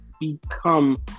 become